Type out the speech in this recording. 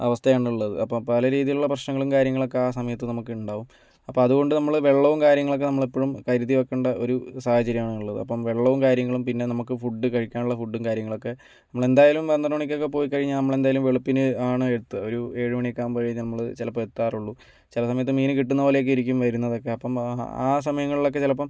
അവസ്ഥയാണ് ഉള്ളത് അപ്പം പലരീതിയിലുള്ള പ്രശ്നങ്ങളും കാര്യങ്ങളും ഒക്കെ ആ സമയത്ത് നമുക്ക് ഉണ്ടാകും അപ്പോൾ അതുകൊണ്ട് നമ്മൾ വെള്ളവും കാര്യങ്ങളും ഒക്കെ നമ്മൾ എപ്പോഴും കരുതി വയ്ക്കേണ്ട ഒരു സാഹചര്യം ആണുള്ളത് അപ്പം വെള്ളവും കാര്യങ്ങളും പിന്നെ നമുക്ക് ഫുഡ് കഴിക്കാനുള്ള ഫുഡും കാര്യങ്ങളും ഒക്കെ നമ്മൾ എന്തായാലും പന്ത്രണ്ടു മണിക്കൊക്കെ പോയി കഴിഞ്ഞാൽ എന്തായാലും വെളുപ്പിനെ ആണ് എത്തുക ഒരു എഴുമണിയൊക്കെ ആകുമ്പോളേ നമ്മൾ ചിലപ്പം എത്താറുള്ളൂ ചില സമയത്ത് മീൻ കിട്ടുന്ന പോലെയൊക്കെ ഇരിക്കും വരുന്നതൊക്കെ അപ്പം ആ സമയങ്ങളിലൊക്കെ ചിലപ്പം